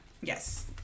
Yes